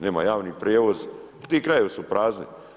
Nema javni prijevoz, ti krajevi su prazni.